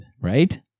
Right